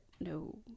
no